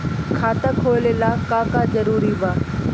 खाता खोले ला का का जरूरी बा?